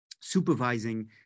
supervising